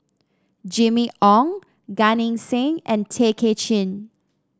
Jimmy Ong Gan Eng Seng and Tay Kay Chin